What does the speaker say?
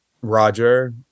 roger